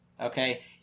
Okay